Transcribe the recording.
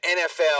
NFL –